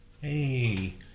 Hey